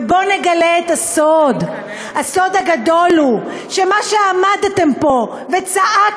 ובואו נגלה את הסוד: הסוד הגדול הוא שמה שעמדתם פה וצעקתם,